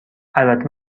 البته